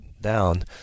down